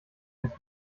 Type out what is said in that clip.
eins